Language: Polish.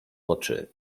oczy